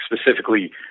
specifically